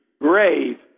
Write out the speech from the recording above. brave